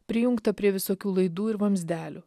prijungtą prie visokių laidų ir vamzdelių